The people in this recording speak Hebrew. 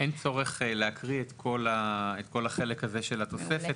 אין צורך להקריא את כל החלק של התוספת.